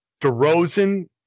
DeRozan